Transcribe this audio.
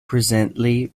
presently